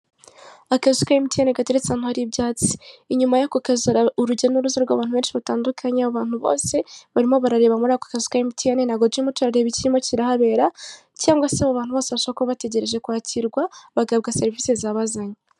Akazu ka Emutiyene gateretse ahantu hari ibyatsi. Inyuma y'ako kazu hari urujya n'uruza rw'abantu benshi batandukanye. Abantu bose barimo barareba muri ako kazu ka Emutiyene. Ntabwo turimo turareba ikirimo kirahabera, cyangwa se abo bantu bashobora kuba bategereje kwakirwa, bagahabwa serivise zabazanye.